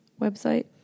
website